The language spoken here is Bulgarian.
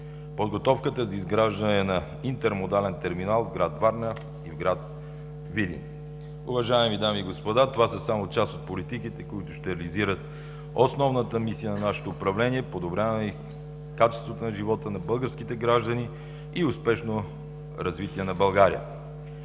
подготовката за изграждане на интермодален терминал в град Варна и в град Видин. Уважаеми дами и господа, това са само част от политиките, които ще реализират основната мисия на нашето управление за подобряване качеството на живота на българските граждани и успешно развитие на България.